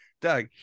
Doug